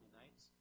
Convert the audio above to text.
nights